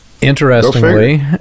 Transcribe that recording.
Interestingly